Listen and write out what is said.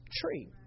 tree